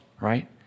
right